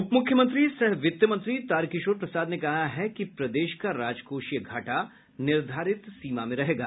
उपमुख्यमंत्री सह वित्त मंत्री तारकिशोर प्रसाद ने कहा है कि प्रदेश का राजकोषीय घाटा निर्धारित सीमा में रहेगा